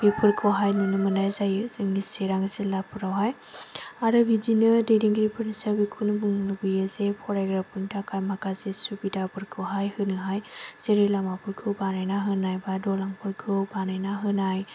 बेफोरखौहाय नुनो मोननाय जायो जोंनि चिरां जिल्ला फोरावहाय आरो बिदिनो दैदेनगिरिफोरनि सायाव बेखौनो बुंनो लुबैयोजे जोंनि फरायग्राफोरनि थाखाय माखासे सुबिदाफोरखौहाय होनो हाय जेरै लामाफोरखौ बानायना होनाय बा दालांफोरखौ बानायना होनाय